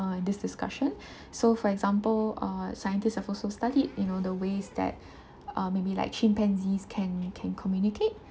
uh in this discussion so for example uh scientist have also studied you know the ways that uh maybe like chimpanzees can can communicate